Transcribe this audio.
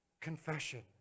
confession